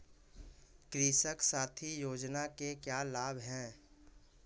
कृषक साथी योजना के क्या लाभ हैं?